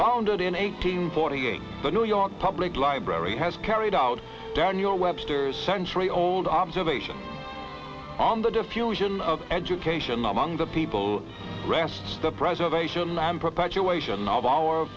founded in eighteen forty eight the new york public library has carried out down your webster's century old observation on the diffusion of education among the people rests the preservation and perpetuation of our